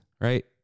right